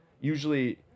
usually